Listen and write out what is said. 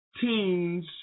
teens